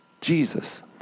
Jesus